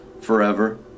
forever